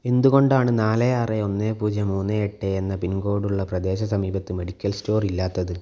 എന്തുകൊണ്ടാണ് നാല് ആറ് ഒന്ന് പൂജ്യം മൂന്ന് എട്ട് എന്ന പിൻകോഡ് ഉള്ള പ്രദേശ സമീപത്ത് മെഡിക്കൽ സ്റ്റോർ ഇല്ലാത്തത്